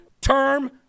Term